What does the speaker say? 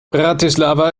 bratislava